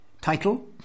title